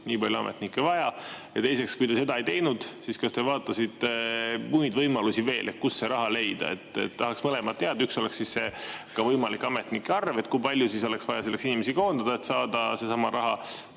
nii palju ametnikke vaja. Teiseks, kui te seda ei teinud, siis kas te vaatasite veel muid võimalusi, kust see raha leida? Tahaks mõlemat teada, üks on see võimalik ametnike arv, kui palju oleks vaja selleks inimesi koondada, et saada seesama raha.